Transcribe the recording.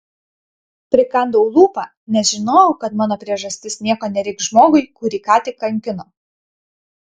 prikandau lūpą nes žinojau kad mano priežastis nieko nereikš žmogui kurį ką tik kankino